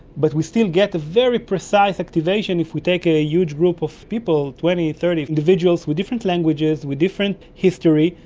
but we still get a very precise activation if we take a huge group of people, twenty, thirty individuals with different languages, with different history,